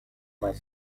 mai